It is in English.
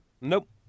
Nope